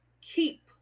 keep